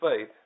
faith